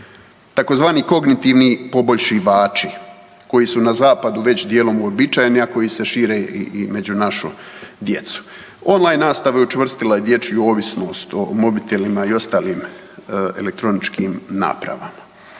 tzv. kognitivni poboljšivači koji su na zapadu već dijelom uobičajene, a koje se šire i među našom djecom. Online nastava učvrstila je dječju ovisnost o mobitelima i ostalim elektroničkim napravama.